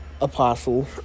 apostle